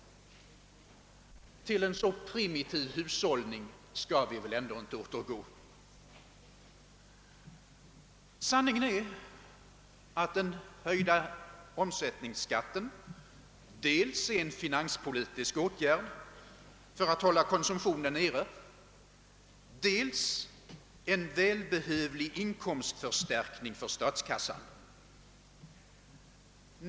Till en så primitiv hushållning skall vi väl ändå inte återgå! Sanningen är att den höjda omsättningsskatten dels är en finanspolitisk åtgärd för att hålla konsumtionen nere, dels en välbehövlig inkomstförstärkning för statskassan.